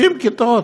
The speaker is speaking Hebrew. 60 כיתות,